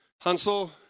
Hansel